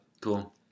Cool